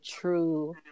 true